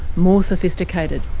more sophisticated.